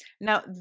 Now